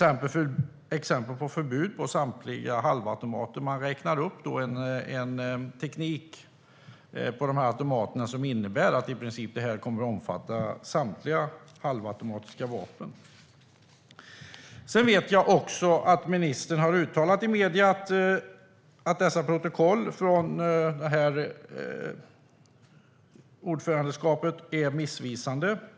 Ett exempel är förbud av samtliga halvautomater, då man räknar upp teknik för dessa automater som innebär att i princip samtliga halvautomatiska vapen kommer att omfattas. Jag vet att ministern har uttalat i medierna att protokollen från ordförandeskapet är missvisande.